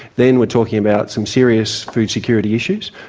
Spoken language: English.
then we're talking about some serious food security issues.